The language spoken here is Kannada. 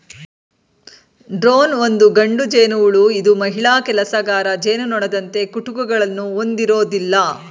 ಡ್ರೋನ್ ಒಂದು ಗಂಡು ಜೇನುಹುಳು ಇದು ಮಹಿಳಾ ಕೆಲಸಗಾರ ಜೇನುನೊಣದಂತೆ ಕುಟುಕುಗಳನ್ನು ಹೊಂದಿರೋದಿಲ್ಲ